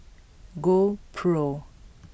GoPro